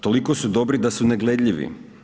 Toliko su dobri da su negledljivi.